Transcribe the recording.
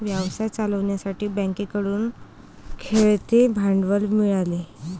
व्यवसाय चालवण्यासाठी बँकेकडून खेळते भांडवल मिळाले